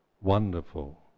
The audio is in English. wonderful